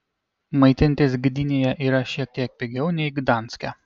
maitintis gdynėje yra šiek tiek pigiau nei gdanske